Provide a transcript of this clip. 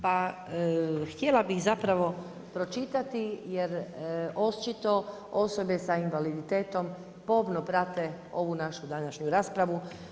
Pa htjela bih zapravo pročitati, jer očito osobe s invaliditetom pomno prate ovu našu današnju raspravu.